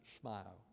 smile